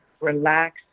relax